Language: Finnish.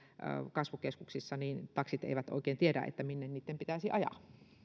kasvukeskuksissa taksit eivät oikein tiedä minne niitten pitäisi ajaa